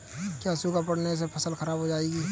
क्या सूखा पड़ने से फसल खराब हो जाएगी?